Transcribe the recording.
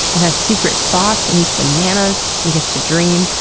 and has secret thoughts, and eats bananas, and gets to dream.